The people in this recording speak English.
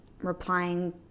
replying